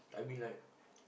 I mean like